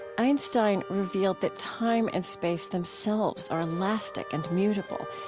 einstein revealed that time and space themselves are elastic and mutable,